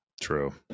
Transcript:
true